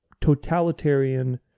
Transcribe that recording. totalitarian